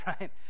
right